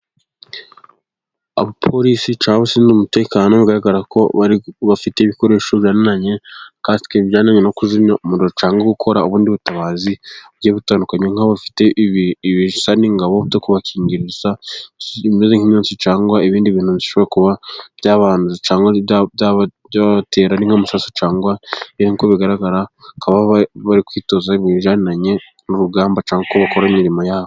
Abapolisi cyangwa ushinzwe umutekano, bigaragara ko bafite ibikoresho bijyaniranye no kuzimya umuriro cyangwa gukora ubundi butabazi butandukanye. Nk'abafite ibisa n'ingabo byo kubakingiriza ibimeze nk'imyotsi cyangwa ibindi bintu bishobora kuba byabanduza cyangwa ibyaha byabatera ari nk'amasasu cyangwa ibindi. Uko bigaragara bari kwitoza bijyanye n'urugamba cyangwa uko bakora imirimo yabo.